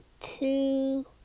two